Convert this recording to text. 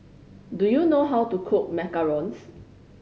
do you know how to cook macarons